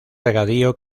regadío